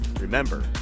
Remember